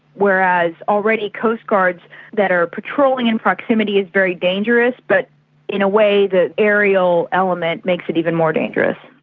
whereas already coastguards that are patrolling in proximity is very dangerous, but in a way the aerial element makes it even more dangerous.